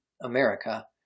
America